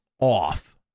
off